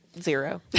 zero